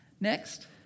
Next